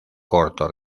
corto